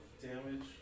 damage